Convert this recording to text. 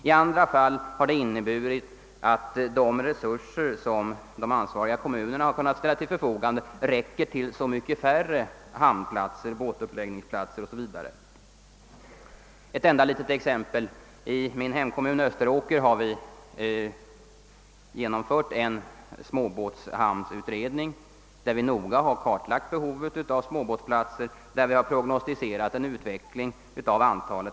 I andra fall har det inneburit att de resurser, som de ansvariga kommunerna kunnat ställa till förfogande, ricker till färre hamnplatser, båtuppläggningsplatser 0. s. v. Ett enda litet exempel: I min hemkommun Österåker har vi genomfört en småbåtshamnsutredning, varvid vi noga kartlagt behovet av småbåtsplatser och prognostiserat utbyggnaden av hamnar.